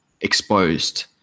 exposed